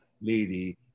lady